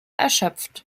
erschöpft